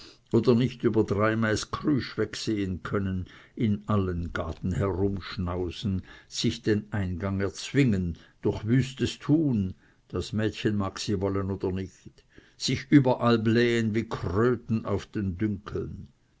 oder nicht über drei maß krüsch wegsehen können in allen gaden herumschnausen sich den eingang erzwingen durch wüstes tun das mädchen mag sie wollen oder nicht sich überall blähen wie kröten auf den dunkeln